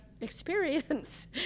experience